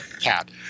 cat